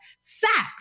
sex